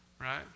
Right